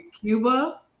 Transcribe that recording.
Cuba